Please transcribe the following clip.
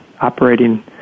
operating